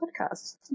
Podcast